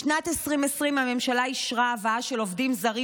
בשנת 2020 הממשלה אישרה הבאה של עובדים זרים